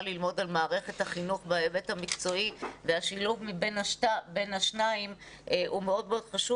ללמוד על מערכת החינוך בהיבט המקצועי והשילוב בין השניים הוא מאוד חשוב.